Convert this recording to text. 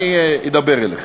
אני אדבר אליך.